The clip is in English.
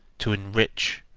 to enrich,